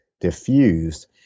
diffused